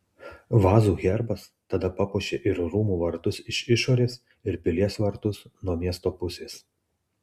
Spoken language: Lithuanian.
vazų herbas tada papuošė ir rūmų vartus iš išorės ir pilies vartus nuo miesto pusės